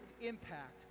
impact